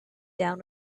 down